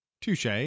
Touche